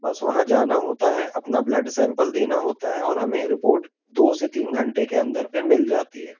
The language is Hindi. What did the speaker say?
बस वहाँ जाना होता है अपना ब्लड सैंपल देना होता है और हमें रिपोर्ट दो से तीन घंटे के अंदर पर मिल जाती है